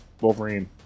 Wolverine